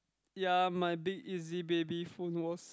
ya my big easy baby phone was